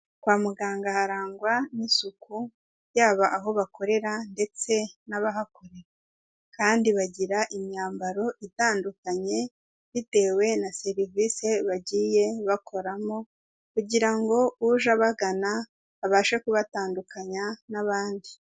Kwa muganga harangwa n'isuku, yaba aho bakorera ndetse n'abahakorera kandi bagira imyambaro itandukanye bitewe na serivisi bagiye bakoramo kugira ngo uje abagana abashe kubatandukanya n'abandi.